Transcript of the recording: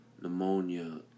pneumonia